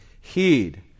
heed